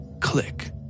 Click